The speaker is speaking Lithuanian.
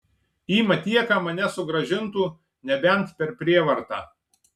į matieką mane sugrąžintų nebent per prievartą